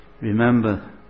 remember